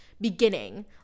beginning